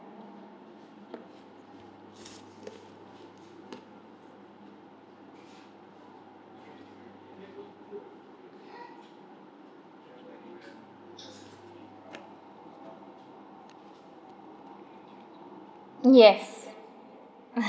yes